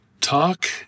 talk